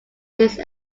these